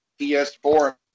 PS4